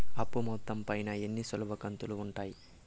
అప్పు మొత్తం పైన ఎన్ని సులభ కంతులుగా ఉంటాయి?